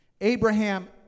Abraham